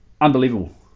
Unbelievable